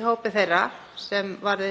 í hópi þeirra sem vörðu